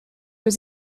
was